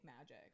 magic